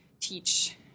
teach